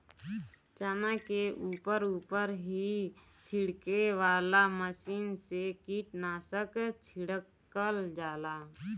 चना के ऊपर ऊपर ही छिड़के वाला मशीन से कीटनाशक छिड़कल जाला